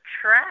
trap